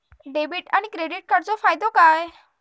Debit आणि credit कार्डचो फायदो काय?